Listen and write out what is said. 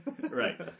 Right